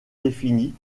définies